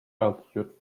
altitude